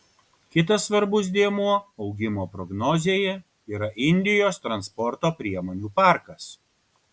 kitas svarbus dėmuo augimo prognozėje yra indijos transporto priemonių parkas